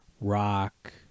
Rock